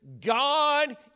God